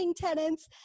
tenants